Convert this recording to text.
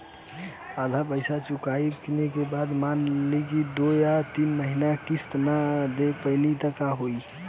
आधा पईसा चुकइला के बाद मान ली दो या तीन महिना किश्त ना दे पैनी त का होई?